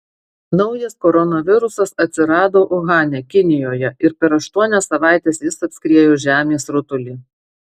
naujas koronavirusas atsirado uhane kinijoje ir per aštuonias savaites jis apskriejo žemės rutulį